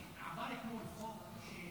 בניגוד לחוק.